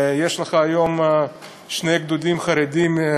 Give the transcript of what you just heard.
יש לך היום שני גדודים חרדיים,